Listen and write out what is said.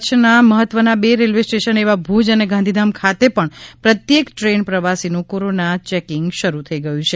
કચ્છના મહત્વના બે રેલ્વે સ્ટેશન એવા ભુજ અને ગાંધીધામ ખાતે પણ પ્રત્યેક ટ્રેન પ્રવાસીનું કોરોના ચેકિંગ શરૂ થઈ ગયુ છે